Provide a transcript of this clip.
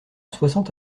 soixante